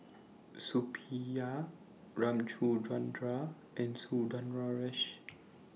Suppiah Ramchundra and Sundaresh